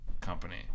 company